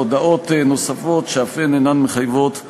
הודעות נוספות, שאף הן אינן מחייבות הצבעה: